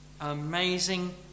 amazing